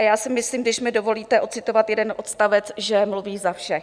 A já si myslím, když mi dovolíte, odcitovat jeden odstavec, že mluví za vše.